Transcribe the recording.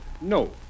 No